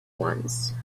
once